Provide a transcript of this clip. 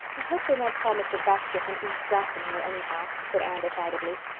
i hope they won't call mr. baxter from east grafton here, anyhow, said anne decidedly.